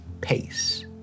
pace